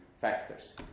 factors